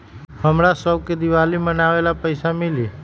हमरा शव के दिवाली मनावेला पैसा मिली?